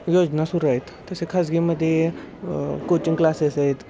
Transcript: योजना सुरू आहेत तसे खाजगीमध्ये कोचिंग क्लासेस आहेत